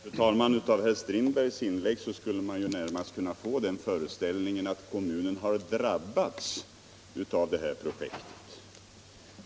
Fru talman! Av herr Strindbergs inlägg får man närmast föreställningen att kommunen har drabbats av det här projektet.